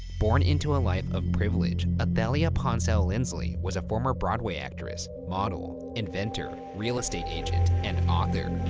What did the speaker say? born into a life of privilege, ah athalia ponsell lindsley was a former broadway actress, model, inventor, real estate agent, and author.